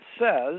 says